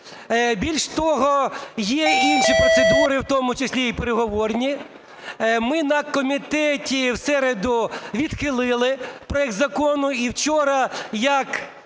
Більше того, є інші процедури, в тому числі і переговорні. Ми на комітеті в середу відхилили проект закону. І вчора як